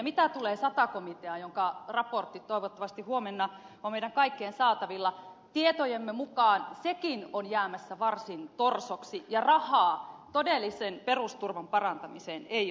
mitä tulee sata komiteaan jonka raportti toivottavasti huomenna on meidän kaikkien saatavilla tietojemme mukaan sekin on jäämässä varsin torsoksi ja rahaa todellisen perusturvan parantamiseen ei ole varattu